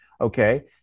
Okay